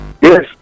Yes